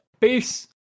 Peace